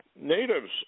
natives